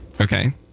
Okay